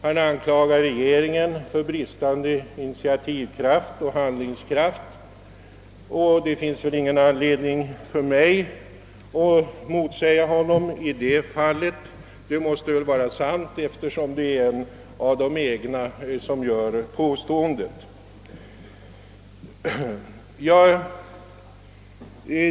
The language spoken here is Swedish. Han anklagar regeringen för brist på initiativkraft och handlingskraft, och det finns väl ingen anledning för mig att motsäga honom i detta fall. Det måste väl vara sant, eftersom det är en av de egna som gör påståendet.